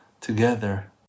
together